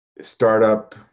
startup